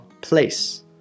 Place